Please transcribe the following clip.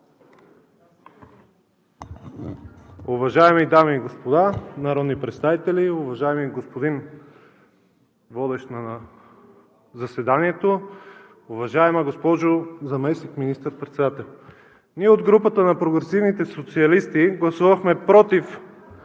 Уважаеми дами и господа народни представители, уважаеми господин Водещ заседанието, уважаема госпожо Заместник министър-председател! Ние от групата на прогресивните социалисти гласувахме „против“